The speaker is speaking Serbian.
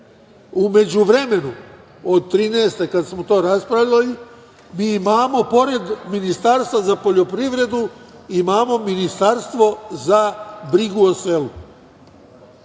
međuvremenu, od 2013. kad smo to raspravljali, mi imamo pored Ministarstva za poljoprivredu, imamo Ministarstvo za brigu o